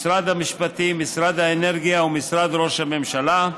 משרד המשפטים, משרד האנרגיה ומשרד ראש הממשלה,